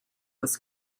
was